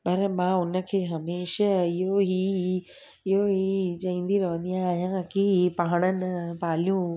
पर मां हुन खे हमेशा इहो ई इहो ई चवंदी रहंदी आहियां ऐं हां की पाण न पालियूं